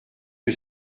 que